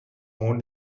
own